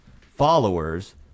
followers